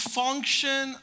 function